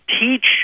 teach